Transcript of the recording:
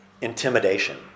intimidation